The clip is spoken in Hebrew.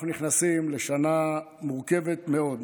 אנחנו נכנסים לשנה מורכבת מאוד.